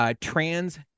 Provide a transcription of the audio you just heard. trans